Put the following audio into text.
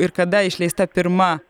ir kada išleista pirma